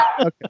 okay